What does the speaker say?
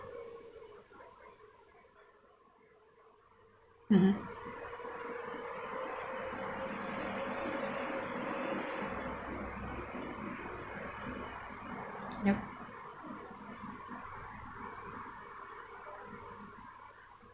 mmhmm yup